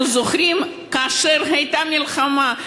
אנחנו זוכרים כאשר הייתה מלחמה,